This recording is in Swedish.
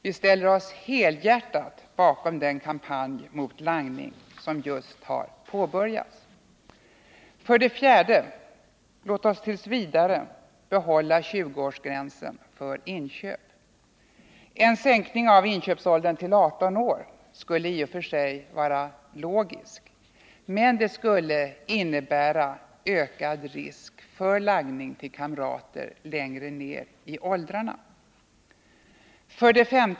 Vi ställer oss helhjärtat bakom den kampanj mot langning som just påbörjats. 4. Låt oss t.v. behålla 20-årsgränsen för inköp. En sänkning av inköpsåldern till 18 år skulle i och för sig vara logisk men skulle innebära ökad risk för langning till kamrater längre ner i åldrarna. 5.